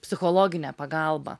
psichologinė pagalba